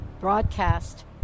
broadcast